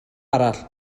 arall